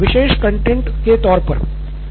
नितिन कुरियन हाँ विशेष कंटैंट तौर पर